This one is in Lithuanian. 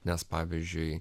nes pavyzdžiui